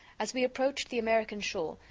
as we approached the american shore,